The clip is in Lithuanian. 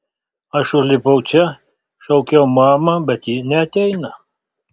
aš užlipau čia šaukiau mamą bet ji neateina